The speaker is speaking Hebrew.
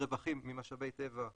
ממשאבי טבע חל.